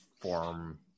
form